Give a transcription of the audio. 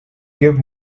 give